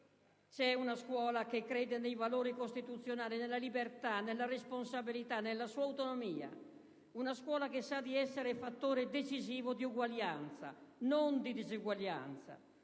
C'è una scuola che crede nei valori costituzionali, nella libertà, nella responsabilità, nella sua autonomia; una scuola che sa di essere fattore decisivo di uguaglianza, non di disuguaglianza,